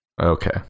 Okay